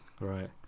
Right